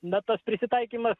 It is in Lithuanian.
na tas prisitaikymas